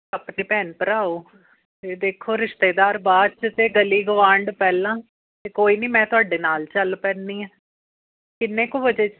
ਆਪਣੇ ਭੈਣ ਭਰਾ ਹੋ ਅਤੇ ਦੇਖੋ ਰਿਸ਼ਤੇਦਾਰ ਬਾਅਦ 'ਚ ਅਤੇ ਗਲੀ ਗਵਾਂਢ ਪਹਿਲਾਂ ਅਤੇ ਕੋਈ ਨਹੀਂ ਮੈਂ ਤੁਹਾਡੇ ਨਾਲ ਚੱਲ ਪੈਂਦੀ ਹਾਂ ਕਿੰਨੇ ਕੁ ਵਜੇ